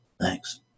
Thanks